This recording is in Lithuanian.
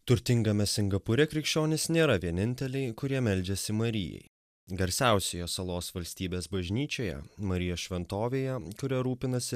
turtingame singapūre krikščionys nėra vieninteliai kurie meldžiasi marijai garsiausioje salos valstybės bažnyčioje marijos šventovėje kuria rūpinasi